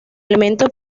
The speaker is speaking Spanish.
elemento